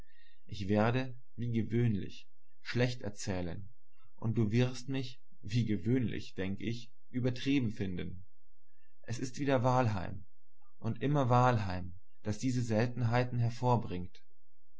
ich werde wie gewöhnlich schlecht erzählen und du wirst mich wie gewöhnlich denk ich übertrieben finden es ist wieder wahlheim und immer wahlheim das diese seltenheiten hervorbringt